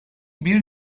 bir